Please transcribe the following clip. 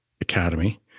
Academy